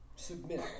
submit